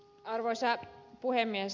arvoisa puhemies